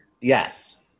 Yes